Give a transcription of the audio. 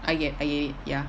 I get it I get it ya